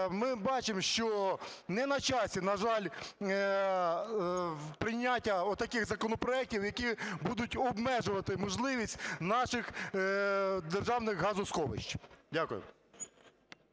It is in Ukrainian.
ми бачимо, що не на часі, на жаль, прийняття отаких законопроектів, які будуть обмежувати можливість наших державних газосховищ. Дякую.